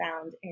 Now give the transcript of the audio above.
found